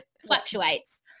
fluctuates